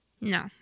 No